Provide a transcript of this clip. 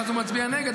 ואז הוא מצביע נגד,